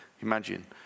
Imagine